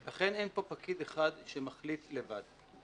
לכן אין פה פקיד אחד שמחליט לבד.